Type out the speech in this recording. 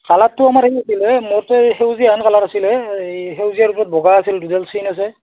কালাৰটো আমাৰ সেই আছিলে মোৰতে এই সেউজীয়াহেন কালাৰ আছিলে এই সেউজীয়াৰ ওপৰত বগা আছিল দুডাল চিন আছে